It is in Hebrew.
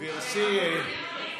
גברתי,